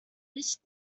wish